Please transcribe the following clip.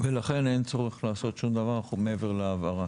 ולכן אין צורך לעשות שום דבר מעבר להבהרה.